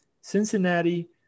cincinnati